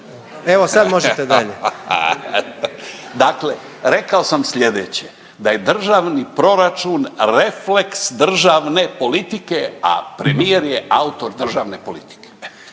Evo sad možete dalje./… Dakle rekao sam slijedeće, da je Državni proračun refleks državne politike, a premijer je autor državne politike.